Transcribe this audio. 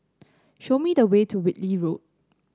show me the way to Whitley Road